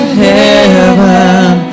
heaven